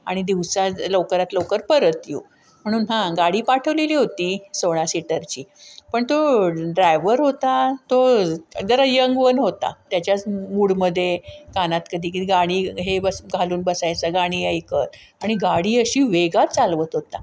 आणि दिवसा लवकरात लवकर परत येऊ म्हणून हां गाडी पाठवलेली होती सोळा सीटरची पण तो ड्रायवर होता तो जर यंग वन होता त्याच्याच मूडमध्ये कानात कधी किती गाणी हे बस घालून बसायचा गाणी ऐकत आणि गाडी अशी वेगात चालवत होता